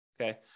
okay